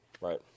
right